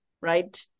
Right